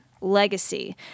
legacy